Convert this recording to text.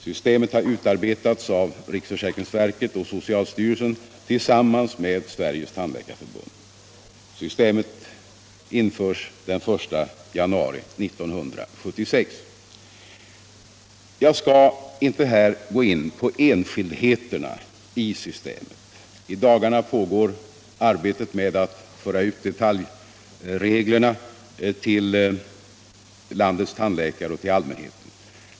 Systemet har utarbetats av riksförsäkringsverket och socialstyrelsen tillsammans med Sveriges tandläkarförbund. Systemet införs den 1 januari 1976. Jag skall inte här gå in på enskildheterna i systemet. I dagarna pågår arbetet med att föra ut detaljreglerna till landets tandläkare och till allmänheten.